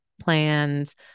plans